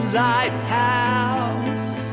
lighthouse